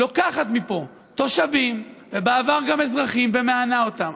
לוקחת מפה תושבים, ובעבר גם אזרחים, ומענה אותם.